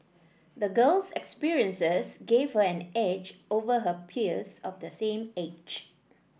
the girl's experiences gave her an edge over her peers of the same age